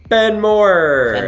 ben moore.